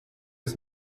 ist